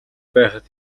байхад